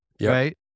right